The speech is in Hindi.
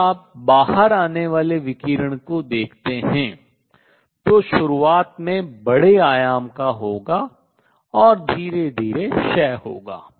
यदि आप बाहर आने वाले विकिरण को देखते हैं तो यह शुरुआत में बड़े आयाम का होगा और धीरे धीरे क्षय होगा